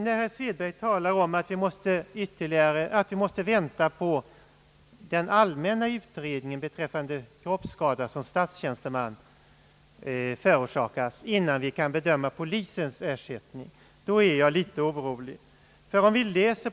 När herr Svedberg gjorde gällande att vi måste vänta på den allmänna utredningen beträffande kroppsskada för statstjänsteman innan vi kan bedöma polisens ställning i detta avseende blev jag något orolig.